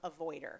avoider